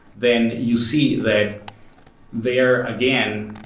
then you see that there again,